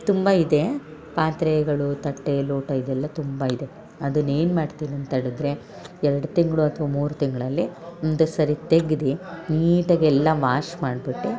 ತುಂಬಾ ಇದೆ ಪಾತ್ರೆಗಳು ತಟ್ಟೆ ಲೋಟ ಇದೆಲ್ಲ ತುಂಬ ಇದೆ ಅದನ್ನು ಏನು ಮಾಡ್ತೀನಿ ಅಂತ ಹೇಳಿದ್ರೆ ಎರಡು ತಿಂಗಳು ಅಥ್ವ ಮೂರು ತಿಂಗಳಲ್ಲಿ ಒಂದು ಸರಿ ತೆಗ್ದು ನೀಟಾಗಿ ಎಲ್ಲ ವಾಶ್ ಮಾಡ್ಬಿಟ್ಟು